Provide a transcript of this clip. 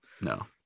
No